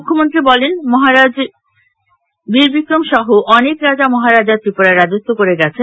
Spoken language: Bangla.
মুখ্যমন্ত্রী বলেন মহারাজ বীরবিক্রম সহ অনেক রাজা মহারাজা ত্রিপুরায় রাজত্ব করে গেছেন